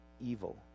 evil